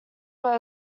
were